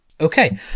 Okay